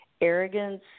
arrogance